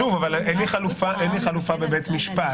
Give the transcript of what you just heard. שוב, אבל אין לי חלופה בבית משפט.